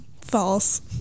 False